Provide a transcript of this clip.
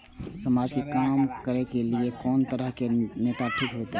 समाज के काम करें के ली ये कोन तरह के नेता ठीक होते?